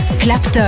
Clapton